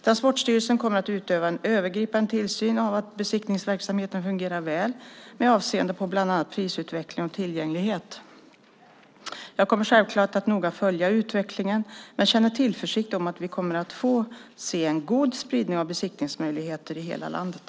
Transportstyrelsen kommer att utöva en övergripande tillsyn av besiktningsverksamheten så att den fungerar väl med avseende på bland annat prisutveckling och tillgänglighet. Jag kommer självklart att noga följa utvecklingen men känner tillförsikt för att vi kommer att få se en god spridning av besiktningsmöjligheter i hela landet.